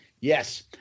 yes